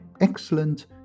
excellent